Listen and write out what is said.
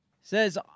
says